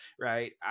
right